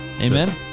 Amen